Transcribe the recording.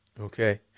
Okay